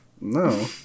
No